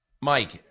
Mike